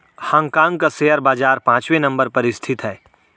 Hong Kong का शेयर बाजार पांचवे नम्बर पर स्थित है